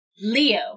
Leo